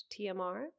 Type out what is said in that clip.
TMR